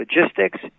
logistics